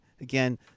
again